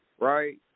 right